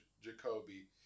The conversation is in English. Jacoby